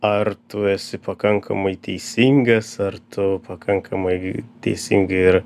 ar tu esi pakankamai teisingas ar tu pakankamai teisingai ir